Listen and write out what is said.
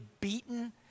beaten